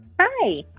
hi